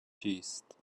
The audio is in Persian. کیست